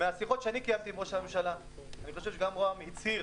מהשיחות שאני קיימתי עם ראש הממשלה אני חושב שגם ראש הממשלה הצהיר